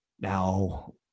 Now